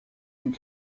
une